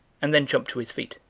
and then jumped to his feet.